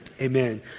amen